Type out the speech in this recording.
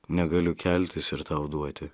negaliu keltis ir tau duoti